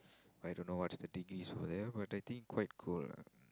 I don't know what's the degrees over there but I think quite cold ah